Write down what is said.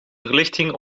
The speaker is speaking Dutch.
verlichting